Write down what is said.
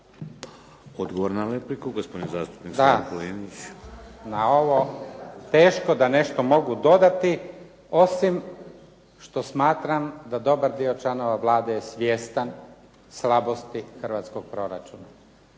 Odgovor na repliku, gospodin zastupnik Slavko Linić. **Linić, Slavko (SDP)** Da, na ovo teško da nešto mogu dodati, osim što smatram da dobar dio članova Vlade je svjestan slabosti hrvatskog proračuna.